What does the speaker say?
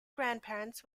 grandparents